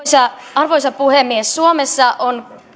arvoisa puhemies suomessa on